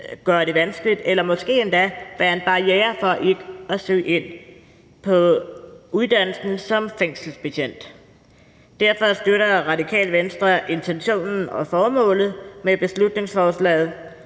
gøre det vanskeligt eller måske endda være en barriere for at søge ind på uddannelsen som fængselsbetjent. Derfor støtter Radikale Venstre intentionen og formålet med beslutningsforslaget.